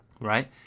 right